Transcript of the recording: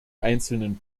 einzelnen